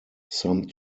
some